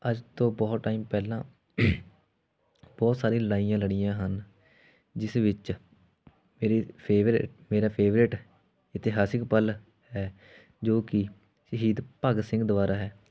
ਅੱਜ ਤੋਂ ਬਹੁਤ ਟਾਈਮ ਪਹਿਲਾਂ ਬਹੁਤ ਸਾਰੀ ਲੜਾਈਆਂ ਲੜੀਆਂ ਹਨ ਜਿਸ ਵਿੱਚ ਮੇਰੀ ਫੇਵਰੇਟ ਮੇਰਾ ਫੇਵਰੇਟ ਇਤਿਹਾਸਕ ਪਲ ਹੈ ਜੋ ਕਿ ਸ਼ਹੀਦ ਭਗਤ ਸਿੰਘ ਦੁਆਰਾ ਹੈ